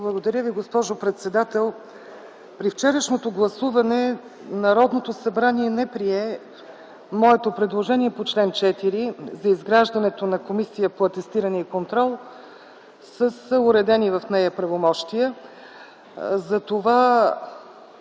Благодаря Ви, госпожо председател. При вчерашното гласуване Народното събрание не прие моето предложение по чл. 4 за изграждането на Комисия за атестиране и контрол с уредени в нея правомощия.